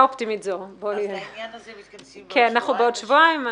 לעניין הזה נתכנס בעוד שבועיים.